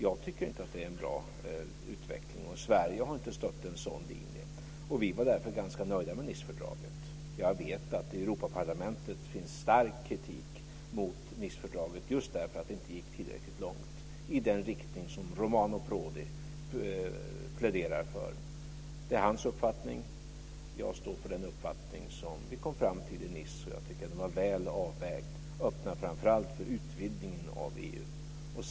Jag tycker inte att det är en bra utveckling. Sverige har inte stött en sådan linje. Vi var därför ganska nöjda med Nicefördraget. Jag vet att i Europaparlamentet finns stark kritik mot Nicefördraget just därför att det inte gick tillräckligt långt i den riktning som Romano Prodi pläderar för. Det är hans uppfattning. Jag står för den uppfattning som vi kom fram till i Nice. Jag tycker att den var väl avvägd. Den öppnar framför allt för utvidgningen av EU.